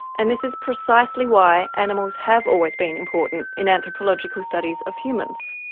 and this is precisely why animals have always been important in anthropological studies of humans.